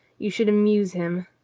you should amuse him.